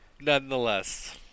nonetheless